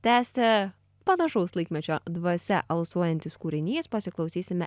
tęsia panašaus laikmečio dvasia alsuojantis kūrinys pasiklausysime